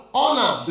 honor